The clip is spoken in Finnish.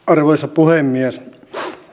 arvoisa puhemies